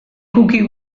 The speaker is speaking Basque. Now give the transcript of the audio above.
cookie